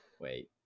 wait